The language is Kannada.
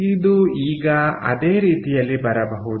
ಇದು ಈಗ ಅದೇ ರೀತಿಯಲ್ಲಿ ಬರಬಹುದು